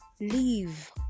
leave